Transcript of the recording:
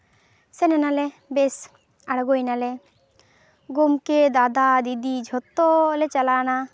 ᱥᱮᱱ ᱮᱱᱟᱞᱮ ᱵᱮᱥ ᱟᱬᱜᱚᱭᱮᱱᱟᱞᱮ ᱜᱚᱢᱠᱮ ᱫᱟᱫᱟ ᱫᱤᱫᱤ ᱡᱷᱚᱛᱚ ᱞᱮ ᱪᱟᱞᱟᱣᱮᱱᱟ